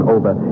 Over